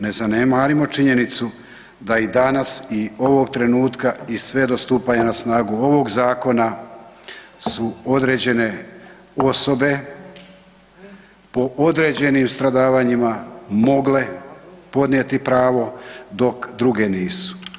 Ne zanemarimo činjenicu da i danas i ovog trenutka i sve do stupanja na snagu ovog zakona su određene osobe po određenim stradavanjima mogle podnijeti pravo dok druge nisu.